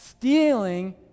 stealing